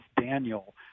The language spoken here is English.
Daniel